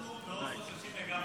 אנחנו מאוד חוששים לגפני.